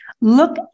look